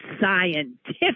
scientific